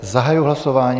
Zahajuji hlasování.